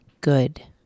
good